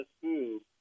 food